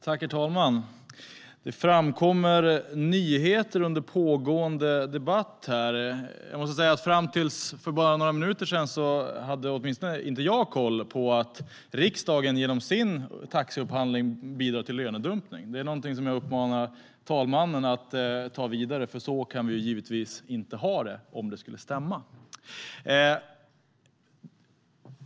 Herr talman! Det framkommer nyheter under pågående debatt här. Fram till för bara några minuter sedan hade åtminstone inte jag koll på att riksdagen genom sin taxiupphandling bidrar till lönedumpning. Om detta stämmer uppmanar jag herr talmannen att ta det vidare, för så kan vi givetvis inte ha det.